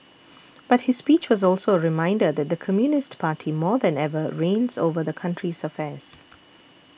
but his speech was also a reminder that the Communist Party more than ever reigns over the country's affairs